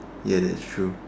ya that's true